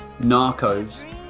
Narcos